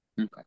Okay